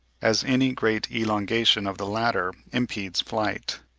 as any great elongation of the latter impedes flight.